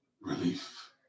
relief